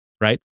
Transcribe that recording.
right